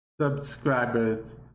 subscribers